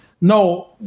no